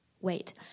Wait